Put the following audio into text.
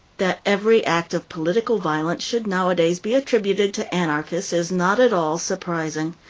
that every act of political violence should nowadays be attributed to anarchists is not at all surprising.